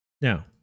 Now